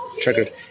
triggered